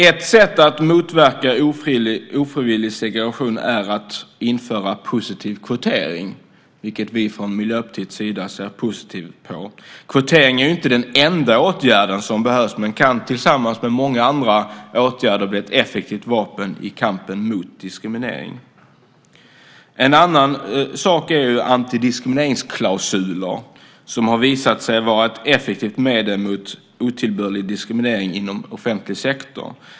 Ett sätt att motverka ofrivillig segregation är att införa positiv kvotering, vilket vi från Miljöpartiets sida ser positivt på. Kvotering är inte den enda åtgärd som behövs, men den kan tillsammans med andra åtgärder bli ett effektivt vapen i kampen mot diskriminering. En annan sak är antidiskrimineringsklausuler, som har visat sig vara ett effektivt medel mot otillbörlig diskriminering i offentlig sektor.